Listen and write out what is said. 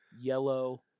yellow